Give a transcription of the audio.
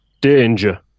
danger